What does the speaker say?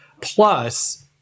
Plus